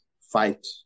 fight